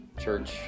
church